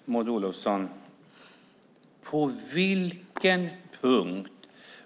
Herr talman! Maud Olofsson, på vilken punkt